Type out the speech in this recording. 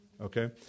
okay